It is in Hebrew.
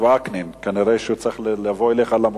אני באמת יודע כמה מכתבים קיבלת וכמה